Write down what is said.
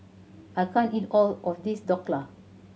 I can't eat all of this Dhokla